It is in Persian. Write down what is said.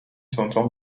تندتند